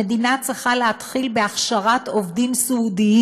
המדינה צריכה להתחיל בהכשרת עובדי סיעוד.